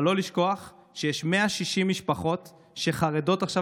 אבל לא לשכוח שיש 160 משפחות שחרדות עכשיו